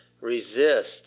resist